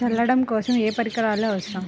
చల్లడం కోసం ఏ పరికరాలు అవసరం?